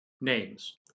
names